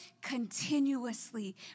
continuously